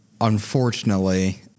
Unfortunately